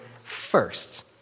first